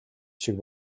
шиг